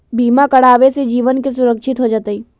बीमा करावे से जीवन के सुरक्षित हो जतई?